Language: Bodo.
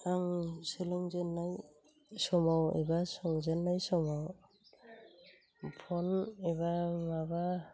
आं सोलोंजेननाय समाव एबा संजेननाय समाव फ'न एबा माबा